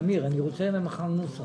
תמיר כהן, אני רוצה מחר נוסח.